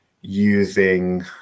using